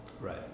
Right